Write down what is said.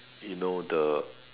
you know the